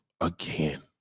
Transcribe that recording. again